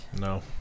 No